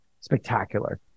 spectacular